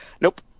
Nope